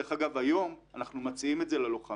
דרך אגב, היום אנחנו מציעים את זה ללוחמים.